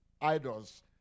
idols